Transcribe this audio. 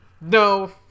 No